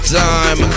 time